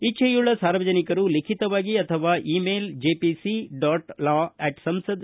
ಇಜ್ಜೆಯುಳ್ಳ ಸಾರ್ವಜನಿಕರು ಲಿಖಿತವಾಗಿ ಅಥವಾ ಇಮೇಲ್ ಜೆಪಿಸಿ ಡಾಟಾಲಾಸಂಸದ್